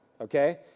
okay